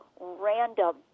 random